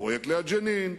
פרויקט ליד ג'נין,